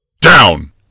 Down